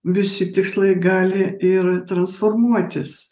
visi tikslai gali ir transformuotis